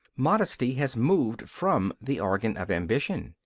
modesty has moved from the organ of ambition.